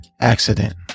accident